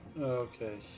Okay